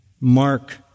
mark